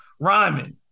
rhyming